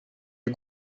you